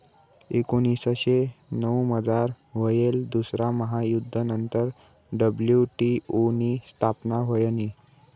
एकोनीसशे नऊमझार व्हयेल दुसरा महायुध्द नंतर डब्ल्यू.टी.ओ नी स्थापना व्हयनी